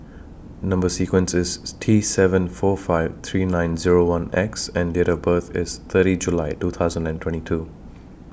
Number sequence IS T seven four five three nine Zero one X and Date of birth IS thirty July two thousand and twenty two